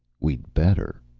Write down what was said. we'd better,